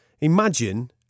imagine